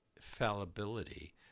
fallibility